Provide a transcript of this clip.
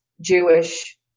Jewish